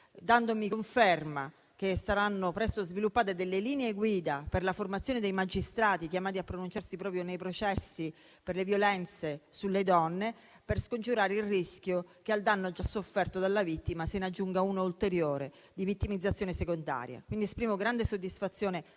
dandomi conferma che saranno presto sviluppate delle linee guida per la formazione dei magistrati chiamati a pronunciarsi proprio nei processi per le violenze sulle donne, al fine di scongiurare il rischio che al danno già sofferto dalla vittima se ne aggiunga uno ulteriore di vittimizzazione secondaria. Esprimo quindi grande soddisfazione